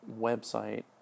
website